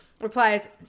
replies